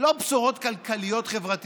לא בשורות כלכליות-חברתיות-ביטחוניות,